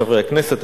חברי חברי הכנסת,